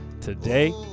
today